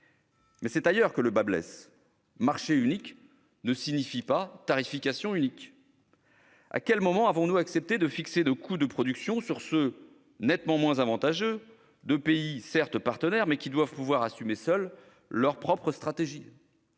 Mais c'est ailleurs que le bât blesse : marché unique ne signifie pas tarification unique ! À quel moment avons-nous accepté de fixer nos coûts de production sur ceux, nettement moins avantageux, de pays certes partenaires, mais qui doivent pouvoir assumer seuls leurs propres stratégies ?